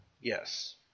Yes